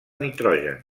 nitrogen